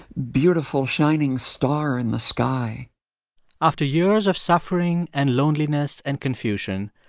beautiful, shining star in the sky after years of suffering and loneliness and confusion,